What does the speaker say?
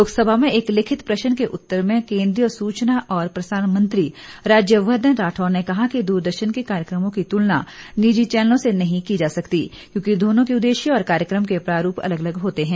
लोकसभा में एक लिखित प्रश्न के उत्तर में केन्द्रीय सूचना और प्रसारण मंत्री राज्यवर्धन राठौड ने कहा कि दूरदर्शन के कार्यक्रमो की तुलना निजी चैनलों से नहीं की जा सकती क्योंकि दोनों के उद्देश्य और कार्यक्रम के प्रारूप अलग अलग होते हैं